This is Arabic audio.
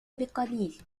بقليل